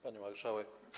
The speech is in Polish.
Pani Marszałek!